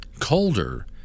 colder